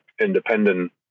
independent